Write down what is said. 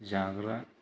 जाग्रा